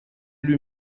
lui